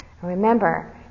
Remember